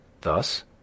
Thus